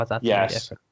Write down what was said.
Yes